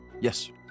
Yes